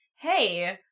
Hey